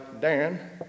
Dan